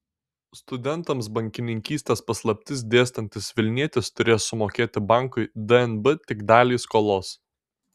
studentams bankininkystės paslaptis dėstantis vilnietis turės sumokėti bankui dnb tik dalį skolos